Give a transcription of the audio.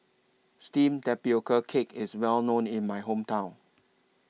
Steamed Tapioca Cake IS Well known in My Hometown